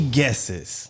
guesses